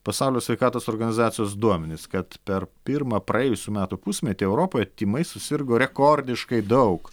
pasaulio sveikatos organizacijos duomenis kad per pirmą praėjusių metų pusmetį europoje tymais susirgo rekordiškai daug